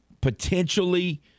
potentially